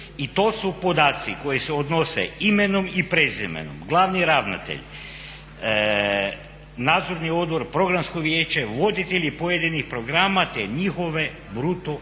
I to su podaci koji se odnose imenom i prezimenom, glavni ravnatelj, nadzorni odbor, programsko vijeće, voditelji pojedinih programa te njihove bruto plaće.